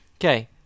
Okay